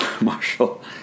Marshall